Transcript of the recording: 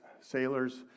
sailors